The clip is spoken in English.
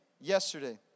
yesterday